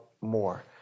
more